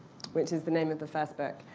which is the name of the first book.